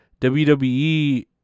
WWE